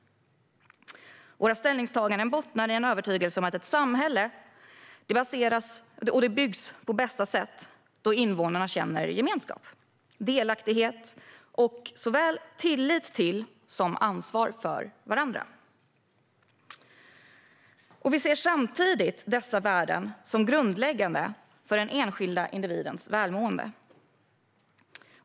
Våra ställningstaganden bottnar i en övertygelse om att ett samhälle byggs på bästa sätt då invånarna känner gemenskap, delaktighet och såväl tillit till som ansvar för varandra. Vi ser samtidigt dessa värden som grundläggande för den enskilda individens välmående.